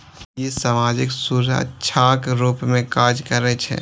ई सामाजिक सुरक्षाक रूप मे काज करै छै